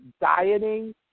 dieting